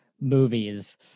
movies